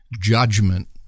judgment